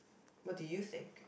what do you think